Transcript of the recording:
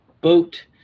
boat